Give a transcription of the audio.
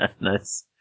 Nice